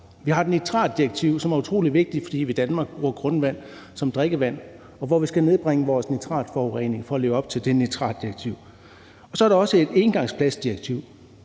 Vi har et nitratdirektiv, som er utrolig vigtigt, fordi vi i Danmark bruger grundvand som drikkevand. Vi skal nedbringe vores nitratforurening for at leve op til nitratdirektivet. Og så er der også et engangsplastdirektiv.